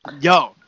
Yo